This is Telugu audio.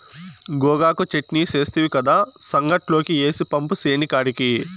గోగాకు చెట్నీ సేస్తివి కదా, సంగట్లోకి ఏసి పంపు సేనికాడికి